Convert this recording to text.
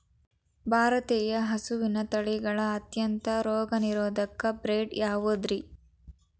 ಭಾರತೇಯ ಹಸುವಿನ ತಳಿಗಳ ಅತ್ಯಂತ ರೋಗನಿರೋಧಕ ಬ್ರೇಡ್ ಯಾವುದ್ರಿ?